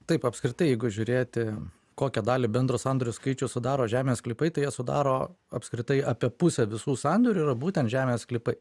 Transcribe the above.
taip apskritai jeigu žiūrėti kokią dalį bendro sandorių skaičiaus sudaro žemės sklypai tai jie sudaro apskritai apie pusę visų sandorių yra būtent žemės sklypai